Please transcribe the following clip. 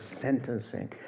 sentencing